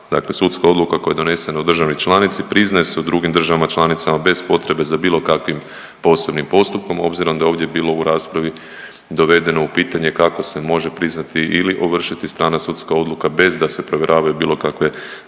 sudska odluka koja je donesena u državi članici priznaje se u drugim državama članicama bez potrebe za bilo kakvim posebnim postupkom obzirom da je ovdje bilo u raspravi dovedeno u pitanje kako se može priznati ili ovršiti strana sudska odluka bez da se provjeravaju bilo kakve